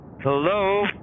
hello